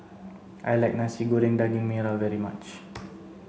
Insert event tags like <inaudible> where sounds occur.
I like Nasi Goreng Daging Merah very much <noise>